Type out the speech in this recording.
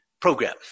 program